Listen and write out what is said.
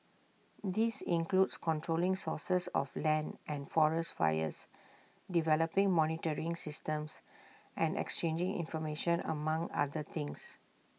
this includes controlling sources of land and forest fires developing monitoring systems and exchanging information among other things